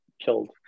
killed